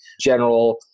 general